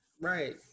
Right